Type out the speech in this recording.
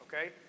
okay